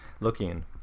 looking